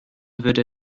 würde